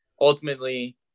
ultimately